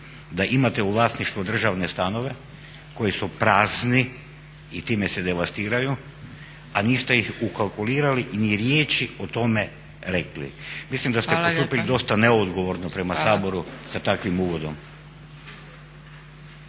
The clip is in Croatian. da imate u vlasništvu državne stanove koji su prazni i time se devastiraju, a niste ih ukalkulirali i ni riječi o tome rekli. Mislim da ste postupili dosta neodgovorno prema Saboru sa takvim uvodom.